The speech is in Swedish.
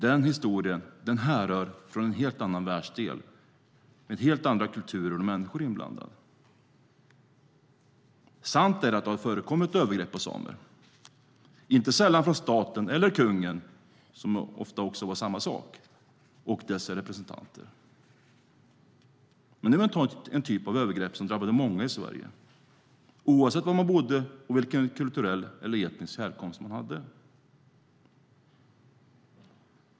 Den historien härrör från en helt annan världsdel med helt andra kulturer och människor inblandade. Sant är att det har förekommit övergrepp på samer, inte sällan från staten eller kungen, som ofta var samma sak, och deras representanter. Men det var en typ av övergrepp som drabbade många i Sverige, oavsett var de bodde och vilken kulturell eller etnisk härkomst de hade.